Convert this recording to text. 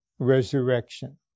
resurrection